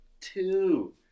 Two